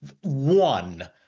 one